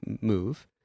move